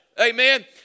Amen